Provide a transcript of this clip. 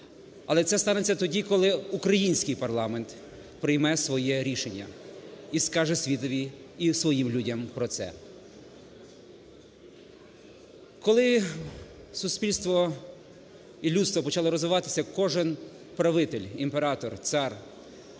Але це станеться тоді, коли український парламент прийме своє рішення і скаже світові, і своїм людям про це. Коли суспільство і людство почало розвиватися, кожен правитель імператор, цар,